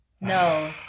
No